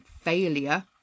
failure